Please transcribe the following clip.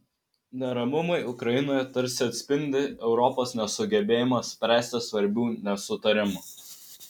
neramumai ukrainoje tarsi atspindi europos nesugebėjimą spręsti svarbių nesutarimų